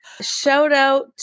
Shout-out